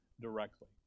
directly